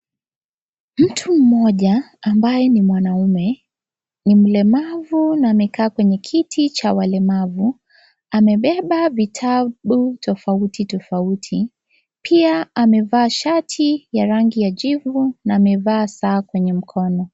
Mtu mmoja ambaye ni mwanaume ni mlemavu na amekaa kwenye kiti cha walemavu amebeba vitabu tofauti tofauti pia amevaa shati ya rangi ya jivu na amevaa saa kwenye mkono.